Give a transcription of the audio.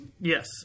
Yes